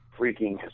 freaking